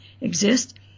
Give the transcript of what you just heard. exist